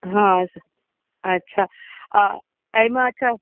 हँ अच्छा एहिमे अच्छा